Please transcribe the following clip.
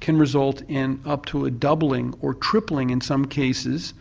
can result in up to a doubling or tripling in some cases